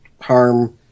harm